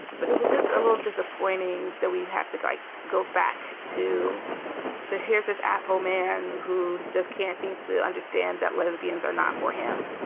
but it was just a little disappointing that we had to go like go back to the here's this asshole man who just can't seem to understand that lesbians are not for him.